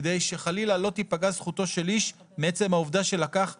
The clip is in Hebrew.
כדי שחלילה לא תיפגע זכותו של איש מעצם העובדה שלקח שלושה,